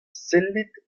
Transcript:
sellit